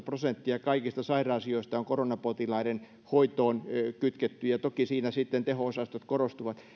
prosenttia kaikista sairaansijoista on koronapotilaiden hoitoon kytkettyjä toki siinä sitten teho osastot korostuvat